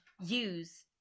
use